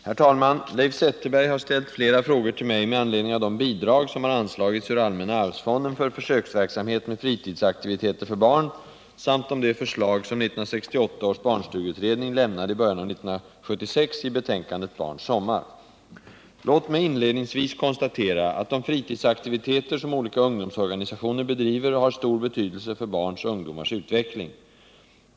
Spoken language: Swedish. Herr talman! Leif Zetterberg har ställt flera frågor till mig med anledning av de bidrag som har anslagits ur allmänna arvsfonden för försöksverksamhet med fritidsaktiviteter för barn samt om de förslag som 1968 års barnstugeutredning lämnade i början av år 1976 i betänkandet Barns sommar. Låt mig inledningsvis konstatera att de fritidsaktiviteter som olika ungdomsorganisationer bedriver har stor betydelse för barns och ungdomars utveckling.